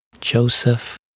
Joseph